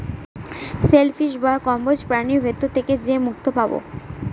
shell fish বা কম্বোজ প্রাণীর ভিতর থেকে যে মুক্তো পাবো